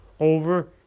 Over